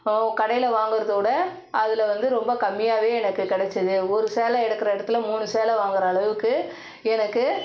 கடையில் வாங்கிறத விட அதில் வந்து ரொம்ப கம்மியாகவே எனக்கு கிடைச்சிது ஒரு சேலை எடுக்கிற இடத்துல மூணு சேலை வாங்கிற அளவுக்கு எனக்கு